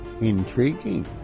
Intriguing